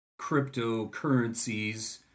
cryptocurrencies